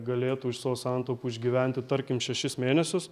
galėtų iš savo santaupų išgyventi tarkim šešis mėnesius